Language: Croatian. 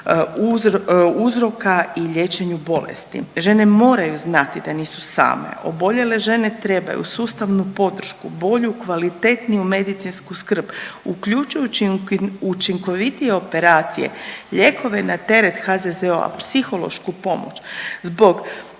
uzroka i liječenju bolesti. Žene moraju znati da nisu same. Oboljele žene trebaju sustavnu podršku, bolju kvalitetniju medicinsku skrb uključujući učinkovitije operacije, lijekove na teret HZZO-a, psihološku pomoć. Zbog